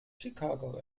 chicago